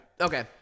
Okay